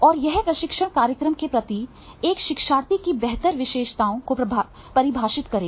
और यह प्रशिक्षण कार्यक्रम के प्रति एक शिक्षार्थी की बेहतर विशेषताओं को परिभाषित करेगा